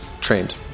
Trained